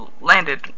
landed